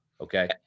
okay